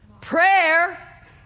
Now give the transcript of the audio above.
Prayer